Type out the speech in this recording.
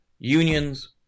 Unions